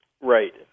Right